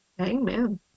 Amen